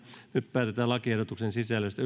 nyt päätetään lakiehdotuksen sisällöstä